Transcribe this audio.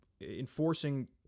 enforcing